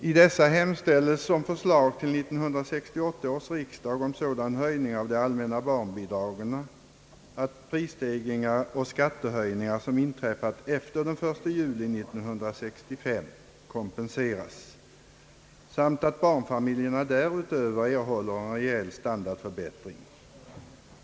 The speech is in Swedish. I dessa hemställs om förslag till 1968 års riksdag om sådan höjning av de allmänna barnbidragen att effekten av prisstegringar och skattehöjningar som inträffat efter den 1 juli 1965 elimineras samt därutöver om en reell standardförbättring för barnfamiljerna.